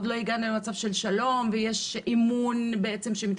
עוד לא הגענו למצב של שלום ואמון שמתקיים.